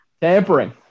Tampering